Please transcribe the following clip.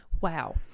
wow